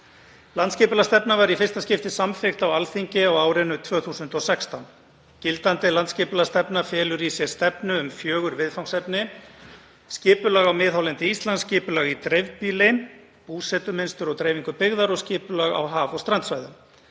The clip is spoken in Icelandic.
Landsskipulagsstefna var í fyrsta skipti samþykkt á Alþingi á árinu 2016. Gildandi landsskipulagsstefna felur í sér stefnu um fjögur viðfangsefni; skipulag á miðhálendi Íslands, skipulag í dreifbýli, búsetumynstur og dreifingu byggðar og skipulag á haf- og strandsvæðum.